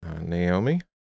Naomi